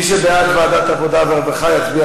מי שבעד ועדת העבודה והרווחה, יצביע